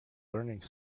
learning